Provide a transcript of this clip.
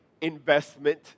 investment